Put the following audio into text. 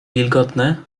wilgotne